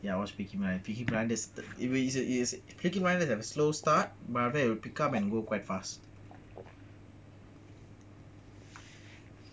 ya I watched peaky blind peaky blinders is peaky blinders is like a slow start but after that will pick up and go quite fast